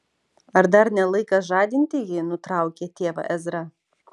ar dar ne laikas žadinti jį nutraukė tėvą ezra